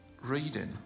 reading